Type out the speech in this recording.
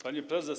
Pani Prezes!